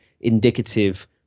indicative